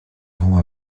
bons